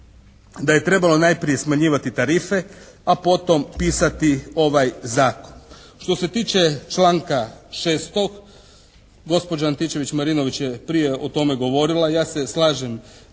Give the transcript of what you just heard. da je trebalo najprije smanjivati tarife, a potom pisati ovaj Zakon. Što se tiče članka 6. gospođa Antičević-Marinović je prije o tome govorila. Ja se slažem